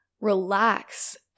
relax